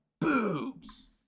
boobs